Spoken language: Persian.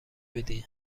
بدین